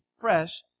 fresh